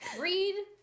Read